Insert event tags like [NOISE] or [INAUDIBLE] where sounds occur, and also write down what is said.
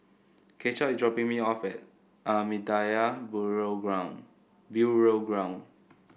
Keisha is dropping me off at Ahmadiyya Burial Ground [UNINTELLIGIBLE] Ground